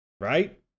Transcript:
Right